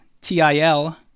til